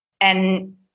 And-